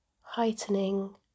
heightening